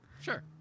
Sure